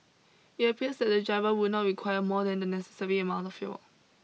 it appears that the driver would not require more than the necessary amount of fuel